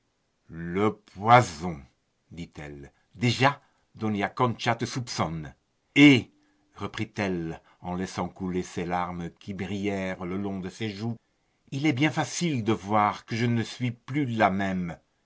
le poison dit-elle déjà dona concha te soupçonne et reprit-elle en laissant couler des larmes qui brillèrent le long de ses joues il est bien facile de voir que je ne suis plus la même